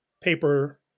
paper